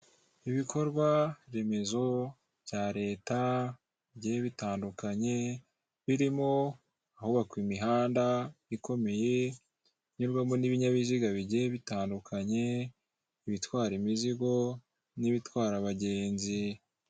Ibikorwa remezo bya leta bigiye bitandukanye birimo ahubakwa imihanda ikomeye inyurwamo n'ibinyabiziga bigiye bitandukanye; ibitwara imizigo n'ibitwara abagenzi.